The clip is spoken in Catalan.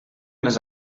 les